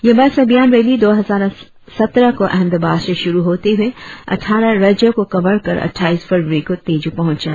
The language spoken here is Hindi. यह बस अभियान रैली दो हजार सत्रह को अहमदाबाद से शुरु होते हुए अठारह राज्यो को कवर कर अट्ठाइस फरवरी को तेजु पहुचा